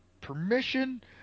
Permission